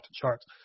charts